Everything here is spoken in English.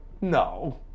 No